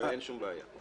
אין שום בעיה.